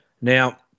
Now